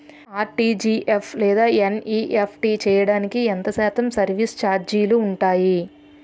RTGS లేదా NEFT చేయడానికి ఎంత శాతం సర్విస్ ఛార్జీలు ఉంటాయి?